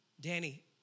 Danny